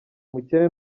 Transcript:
umukene